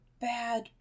bad